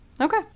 Okay